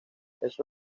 eso